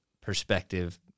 perspective